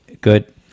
Good